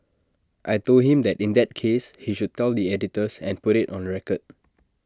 I Told him that in that case he should tell the editors and put IT on record